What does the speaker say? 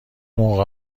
موقع